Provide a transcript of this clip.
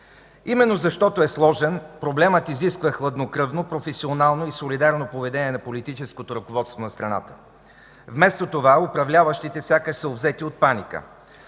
Именно защото е сложен, проблемът изисква хладнокръвно, професионално и солидарно поведение на политическото ръководство на страната. Вместо това управляващите сякаш са обзети от паника.